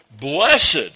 Blessed